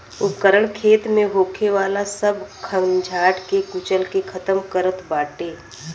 उपकरण खेत में होखे वाला सब खंजाट के कुचल के खतम करत बाटे